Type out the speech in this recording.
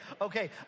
okay